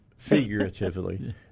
figuratively